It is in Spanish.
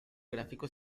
gráfica